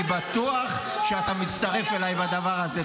אני בטוח שאתה מצטרף אליי בדבר הזה.